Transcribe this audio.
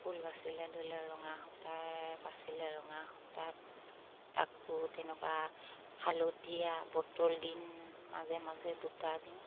ফুল বাচিলে ধৰি লওক ৰঙা সূতাই বাচিলে ৰঙা সূতাত আকৌ তেনেকুৱা হালধীয়া বটল গ্ৰীণ মাজে মাজে বুটা দিওঁ